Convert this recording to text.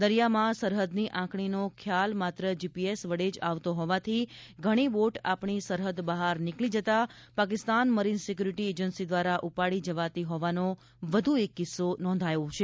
દરિયામાં સરહદની આંકણીનો ખ્યાલ માત્ર જીપીએસ વડે જ આવતો હોવાથી ઘણી બોટ આપણી સરહદ બહાર નીકળી જતા પાકિસ્તાન મરીન સિક્યોરીટી એજન્સી દ્વારા ઉપાડી જવાતી હોવાનો વધુ એક કિસ્સો નોંધાયો છે